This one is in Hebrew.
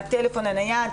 מהטלפון הנייד.